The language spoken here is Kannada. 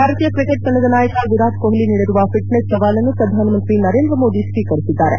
ಭಾರತೀಯ ಕ್ರಿಕೆಟ್ ತಂಡದ ನಾಯಕ ವಿರಾಟ್ ಕೊಹ್ಲಿ ನೀಡಿರುವ ಫಿಟ್ನೆಸ್ ಸವಾಲನ್ನು ಪ್ರಧಾನಮಂತ್ರಿ ನರೇಂದ್ರ ಮೋದಿ ಸ್ವೀಕರಿಸಿದ್ದಾರೆ